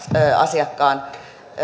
asiakkaan